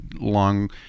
long